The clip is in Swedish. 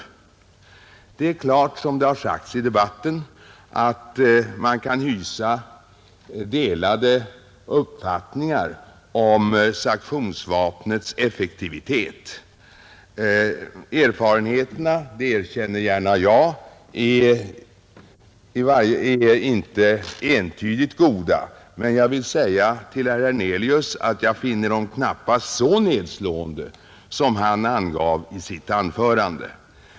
Det är klart att man kan hysa delade uppfattningar om sanktionsvapnets effektivitet. Erfarenheterna — det erkänner jag gärna — är inte entydigt goda. Men jag vill säga till herr Hernelius att jag knappast finner dem så nedslående som han angav i sitt anförande.